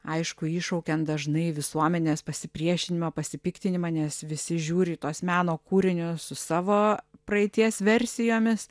aišku iššaukiant dažnai visuomenės pasipriešinimą pasipiktinimą nes visi žiūri į tuos meno kūrinius su savo praeities versijomis